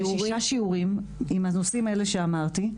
שישה שיעורים עם הנושאים האלה שאמרתי,